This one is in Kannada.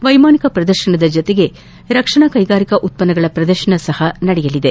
ವೈಮಾನಿಕ ಪ್ರದರ್ಶನದ ಜತೆಗೆ ರಕ್ಷಣಾ ಕೈಗಾರಿಕಾ ಉತ್ತನ್ನಗಳ ಪ್ರದರ್ಶನ ಸಹ ನಡೆಯಲಿದೆ